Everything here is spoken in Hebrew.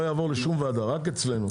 שלא יעבור לשום ועדה, רק אצלנו.